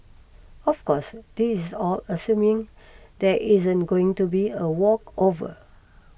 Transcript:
of course this is all assuming there isn't going to be a walkover